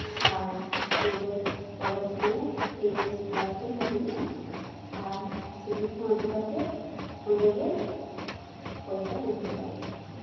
ᱟᱨ ᱱᱚᱰᱮ Palasdiha H S club stage ᱦᱤᱡᱩᱜ ᱢᱮ ᱟᱨ ᱥᱤᱞᱤᱯ ᱦᱚᱸ ᱟᱹᱜᱩ ᱠᱟᱛᱮ ᱚᱸᱰᱮ ᱜᱮ ᱯᱚᱭᱥᱟ ᱮᱢ ᱦᱩᱭᱩᱜᱼᱟ